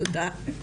תודה.